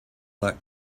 that